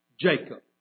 Jacob